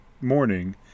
morning